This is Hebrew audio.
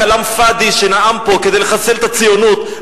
הכלאם פאד'י שנאם פה כדי לחסל את הציונות,